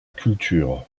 culture